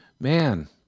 man